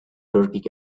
turkic